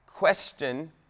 question